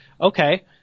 okay